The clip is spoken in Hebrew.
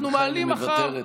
חברת הכנסת מיכאלי מוותרת,